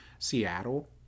Seattle